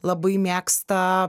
labai mėgsta